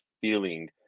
feeling